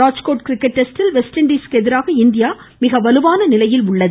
Rajkot cricket டெஸ்டில் West இண்டிசுக்கு எதிராக இந்தியா மிக வலுவான நிலையில் உள்ளது